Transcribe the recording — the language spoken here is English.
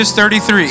33